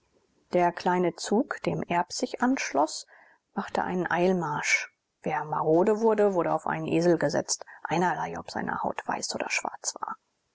der kleine zug dem erb sich anschloß machte einen eilmarsch wer marode wurde wurde auf einen esel gesetzt einerlei ob seine haut weiß oder schwarz war